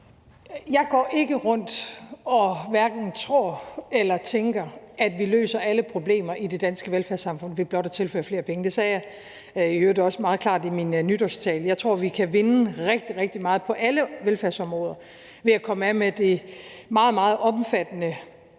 Jeg går ikke rundt og hverken tror eller tænker, at vi løser alle problemer i det danske velfærdssamfund ved blot at tilføre flere penge. Det sagde jeg i øvrigt også meget klart i min nytårstale. Jeg tror, vi kan vinde rigtig, rigtig meget på alle velfærdsområder ved at komme af med det meget, meget omfattende